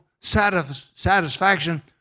satisfaction